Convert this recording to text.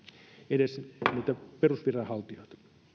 edes niitä perusviranhaltijoita